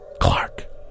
Clark